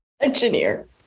Engineer